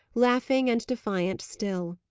laughing and defiant still.